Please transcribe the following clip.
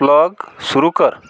plug सुरू कर